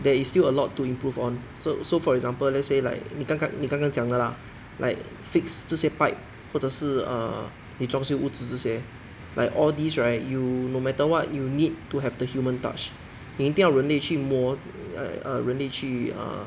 there is still a lot to improve on so so for example let's say like 你刚刚你刚刚讲的 lah like fix 这些 pipe 或者是 err 你装修屋子这些 like all these right you no matter what you need to have the human touch 你一定要人力去摸 err 人力去 err